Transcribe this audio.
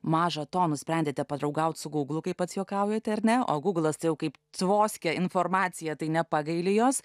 maža to nusprendėte padraugauti su gūglu kaip pats juokaujate ar ne o gūglas tai jau kaip tvoskia informaciją tai nepagaili jos